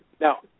Now